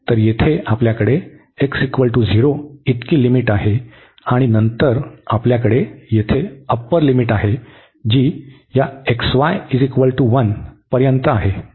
तर येथे आपल्याकडे x0 इतकी लिमिट आहे आणि नंतर आपल्याकडे येथे अप्पर लिमिट आहे जी या xy 1 पर्यंत आहे